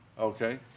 Okay